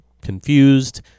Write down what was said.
confused